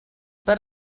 per